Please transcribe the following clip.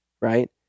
right